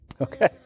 Okay